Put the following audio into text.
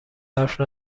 حرف